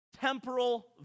temporal